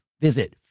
visit